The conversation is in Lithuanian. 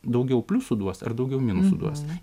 daugiau pliusų duos ar daugiau minusų duos